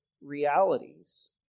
realities